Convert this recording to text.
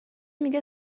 میگه